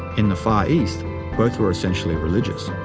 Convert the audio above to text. in the far east both were essentially religious.